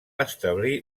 establir